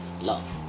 love